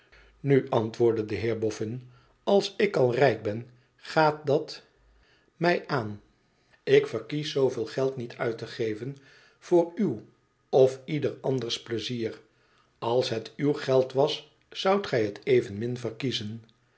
nu antwoordde de heer boffin als ik al rijk ben gaat dat mij aan ik verkies zooveel geld niet ait te geven voor uw of ieder anders pleizier als het uw geld was zoudt gij het evenmin verkiezen